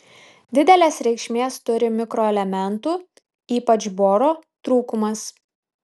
didelės reikšmės turi mikroelementų ypač boro trūkumas